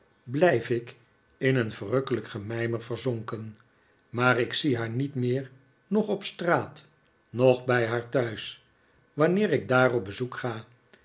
blijf ik in een verrukkelijk gemijmer verzonken maar ik zie haar niet meer nocb op straat noch bij haar thuis wanneer ik daar op bezoek ga